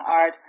art